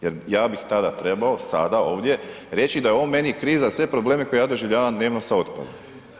Jer ja bih tada trebao sada ovdje reći da je ovo meni kriza sve probleme koje ja doživljavam dnevno sa otpadom.